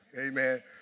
Amen